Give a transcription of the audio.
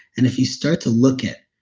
and if you start to look at,